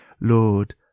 Lord